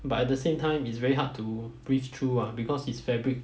but at the same time it's very hard to breathe through ah because it's fabric